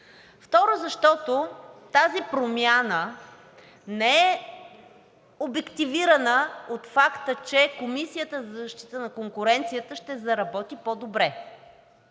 Второ, защото тази промяна не е обективирана от факта, че Комисията за защита на конкуренцията ще заработи по-добре,